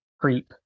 creep